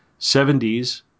70s